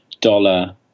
dollar